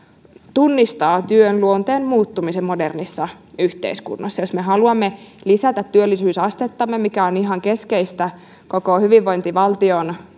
tunnistavat työn luonteen muuttumisen modernissa yhteiskunnassa jos me haluamme lisätä työllisyysastettamme mikä on ihan keskeistä koko hyvinvointivaltion